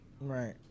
Right